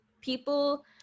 people